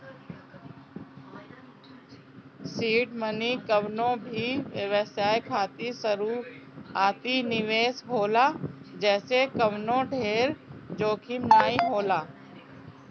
seed money कवनो भी व्यवसाय खातिर शुरूआती निवेश होला जेसे कवनो ढेर जोखिम नाइ होला